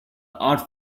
art